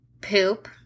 poop